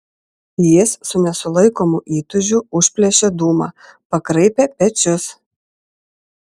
jis su nesulaikomu įtūžiu užplėšė dūmą pakraipė pečius